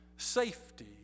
safety